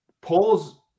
polls